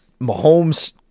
Mahomes